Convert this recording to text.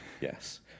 Yes